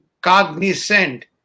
cognizant